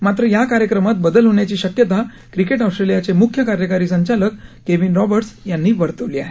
मात्र या कार्यक्रमात बदल होण्याची शक्यता क्रिकेट ऑस्ट्रेलियाचे मुख्य कार्यकारी संचालक केविन रॉबर्ट्स यांनी वर्तवली आहे